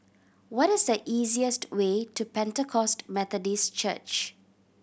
what is the easiest way to Pentecost Methodist Church